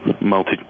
multi